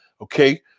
okay